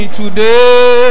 today